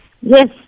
Yes